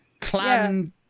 Clan